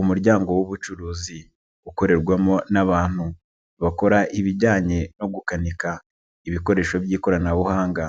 Umuryango w'ubucuruzi ukorerwamo n'abantu, bakora ibijyanye no gukanika ibikoresho by'ikoranabuhanga,